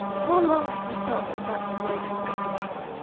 how long have you felt that that's the way to look at things?